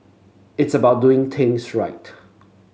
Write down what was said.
it's about doing things right